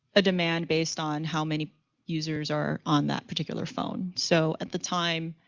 a demand based on how many users are on that particular phone. so at the time,